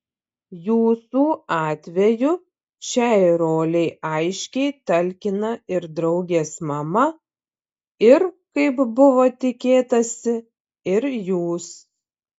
jūsų atveju šiai rolei aiškiai talkina ir draugės mama ir kaip buvo tikėtasi ir jūs